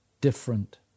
different